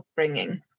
upbringing